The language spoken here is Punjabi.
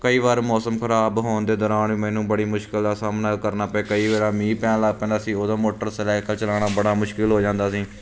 ਕਈ ਵਾਰ ਮੌਸਮ ਖਰਾਬ ਹੋਣ ਦੇ ਦੌਰਾਨ ਮੈਨੂੰ ਬੜੀ ਮੁਸ਼ਕਿਲ ਦਾ ਸਾਹਮਣਾ ਕਰਨਾ ਪਿਆ ਕਈ ਵਾਰ ਮੀਂਹ ਪੈਣ ਲੱਗ ਪੈਂਦਾ ਸੀ ਉਦੋਂ ਮੋਟਰਸਾਈਕਲ ਚਲਾਉਣਾ ਬੜਾ ਮੁਸ਼ਕਿਲ ਹੋ ਜਾਂਦਾ ਸੀ